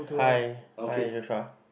hi hi Joshua